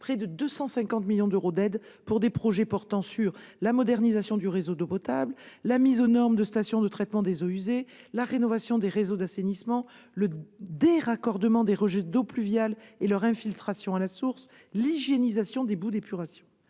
près de 250 millions d'euros d'aides pour des projets portant sur la modernisation du réseau d'eau potable, la mise aux normes de stations de traitement des eaux usées, la rénovation des réseaux d'assainissement, le déraccordement des rejets d'eaux pluviales et leur infiltration à la source, ainsi que sur l'hygiénisation des boues d'épuration.